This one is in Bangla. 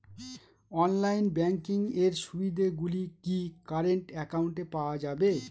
অনলাইন ব্যাংকিং এর সুবিধে গুলি কি কারেন্ট অ্যাকাউন্টে পাওয়া যাবে?